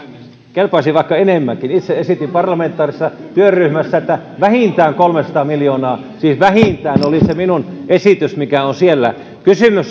kelpaisi vaikka enemmänkin itse esitin parlamentaarisessa työryhmässä että vähintään kolmesataa miljoonaa siis vähintään se oli se minun esitys mikä oli siellä kysymys